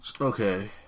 Okay